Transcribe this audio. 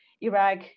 Iraq